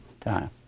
time